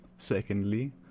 Secondly